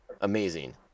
amazing